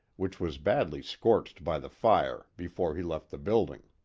which was badly scorched by the fire, before he left the building.